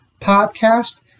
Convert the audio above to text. podcast